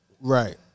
Right